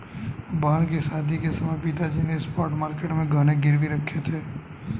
बहन की शादी के समय पिताजी ने स्पॉट मार्केट में गहने गिरवी रखे थे